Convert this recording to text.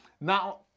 now